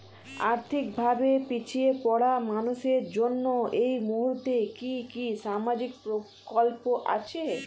আর্থিক ভাবে পিছিয়ে পড়া মানুষের জন্য এই মুহূর্তে কি কি সামাজিক প্রকল্প আছে?